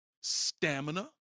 stamina